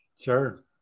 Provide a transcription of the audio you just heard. Sure